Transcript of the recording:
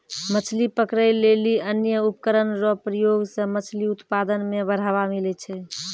मछली पकड़ै लेली अन्य उपकरण रो प्रयोग से मछली उत्पादन मे बढ़ावा मिलै छै